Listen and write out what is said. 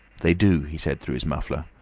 they do, he said through his muffler,